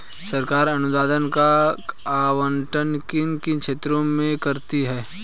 सरकार अनुदान का आवंटन किन किन क्षेत्रों में करती है?